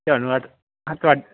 ਤੁਹਾਨੂੰ ਤੁਹਾ